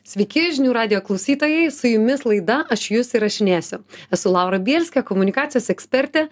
sveiki žinių radijo klausytojai su jumis laida aš jus įrašinėsiu esu laura bielskė komunikacijos ekspertė